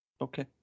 okay